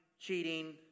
cheating